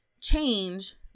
change